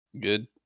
good